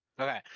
Okay